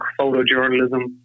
photojournalism